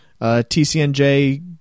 TCNJ